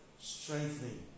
strengthening